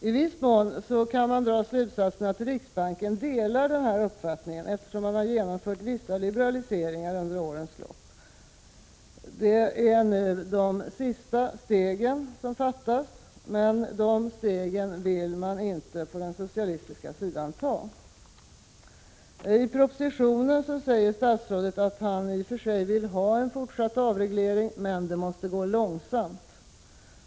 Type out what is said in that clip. I viss mån kan man dra slutsatsen att riksbanken delar den här uppfattningen, eftersom det har genomförts vissa liberaliseringar under årens lopp. Det är nu de sista stegen som fattas — men dem vill man på den socialistiska sidan inte ta. I propositionen säger statsrådet att han i och för sig vill ha fortsatt avreglering, men det måste gå långsamt.